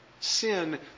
Sin